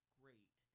great